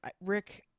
Rick